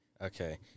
Okay